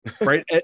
right